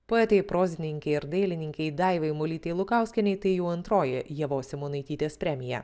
poetei prozininkei ir dailininkei daivai molytei lukauskienei tai jau antroji ievos simonaitytės premija